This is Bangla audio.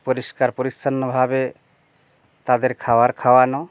পরিষ্কার পরিছন্নভাবে তাদের খাবার খাওয়ানো